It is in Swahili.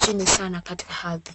chini sana katika ardhi.